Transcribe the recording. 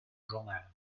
journal